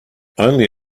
only